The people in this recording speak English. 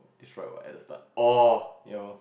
destroyed what at the start ya lor